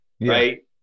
right